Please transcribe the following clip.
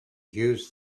use